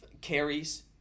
carries